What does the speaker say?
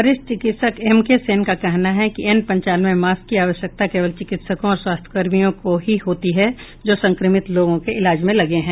वरिष्ठ चिकित्सक M K Sen का कहना है कि एन पंचानवे मास्क की आवश्यकता केवल चिकित्सकों और स्वास्थ्य कर्मियों को ही होती है जो संक्रमित लोगों के इलाज में लगे हैं